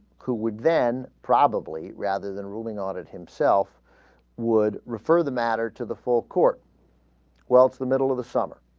who would then probably rather than a ruling on it himself would refer the matter to the full court well it's the middle of the summer